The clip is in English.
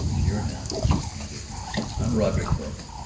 here and now and with me? i'm roderick norton.